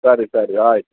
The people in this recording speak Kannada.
ಸರಿ ಸರಿ ಆಯ್ತು